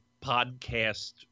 podcast